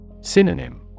Synonym